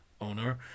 owner